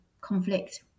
conflict